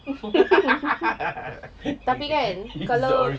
tetapi kan kalau